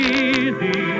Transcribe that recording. easy